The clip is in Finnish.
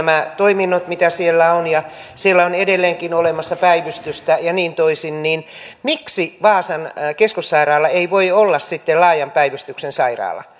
nämä toiminnot mitä siellä on ja siellä on edelleenkin olemassa päivystystä ja niin toisin niin miksi vaasan keskussairaala ei voi olla sitten laajan päivystyksen sairaala